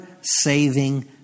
saving